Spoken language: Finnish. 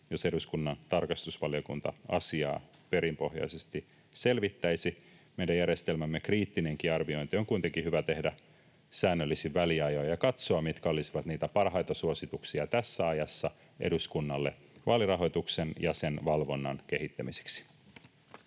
jos eduskunnan tarkastusvaliokunta asiaa perinpohjaisesti selvittäisi. Meidän järjestelmämme kriittinenkin arviointi on kuitenkin hyvä tehdä säännöllisin väliajoin ja katsoa, mitkä olisivat niitä parhaita suosituksia tässä ajassa eduskunnalle vaalirahoituksen ja sen valvonnan kehittämiseksi.